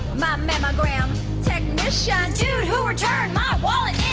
my mammogram technician dude who returned my wallet